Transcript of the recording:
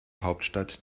hauptstadt